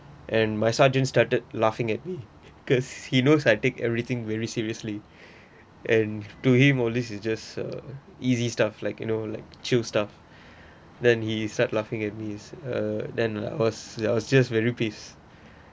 and my sergeants started laughing at me cause he knows I take everything very seriously and to him all this is just a easy stuff like you know like chill stuff then he start laughing at me uh then I was I was just very pissed